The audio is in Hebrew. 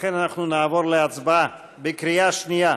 לכן אנחנו נעבור להצבעה בקריאה שנייה.